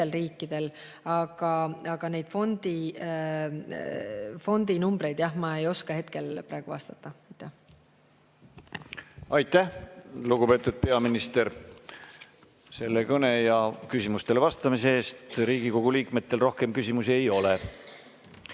riikides. Aga neid fondi numbreid ma ei oska praegu öelda. Aitäh, lugupeetud peaminister, selle kõne ja küsimustele vastamise eest! Riigikogu liikmetel rohkem küsimusi ei ole.